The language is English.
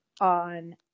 on